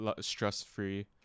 stress-free